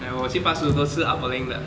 我去八十五都吃 Ah Balling 的